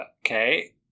okay